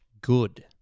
good